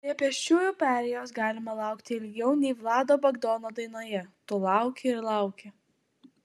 prie pėsčiųjų perėjos galima laukti ilgiau nei vlado bagdono dainoje tu lauki ir lauki